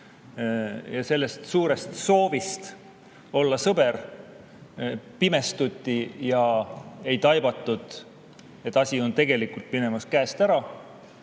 suunas. Suurest soovist olla sõber pimestuti ja ei taibatud, et asi on tegelikult minemas käest ära.